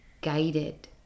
guided